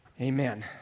Amen